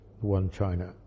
one-China